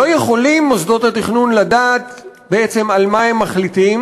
לא יכולים מוסדות התכנון לדעת בעצם על מה הם מחליטים,